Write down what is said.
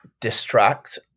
distract